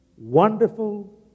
wonderful